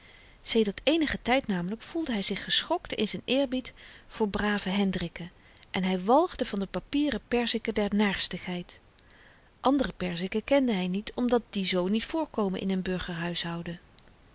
sedert eenigen tyd namelyk voelde hy zich geschokt in z'n eerbied voor brave hendrikken en hy walgde van de papieren perzikken der naarstigheid andere perzikken kende hy niet omdat die zoo niet voorkomen in n burgerhuishouden